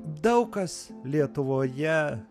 daug kas lietuvoje